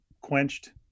quenched